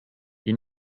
you